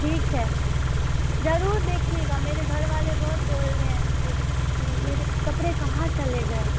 ٹھیک ہے ضرور دیکھیے گا میرے گھر والے بہت بول رہے ہیں مجھے کہ میرے کپڑے کہاں چلے گئے